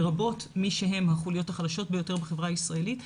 לרבות מי שהם החוליות החלשות ביותר בחברה הישראלית,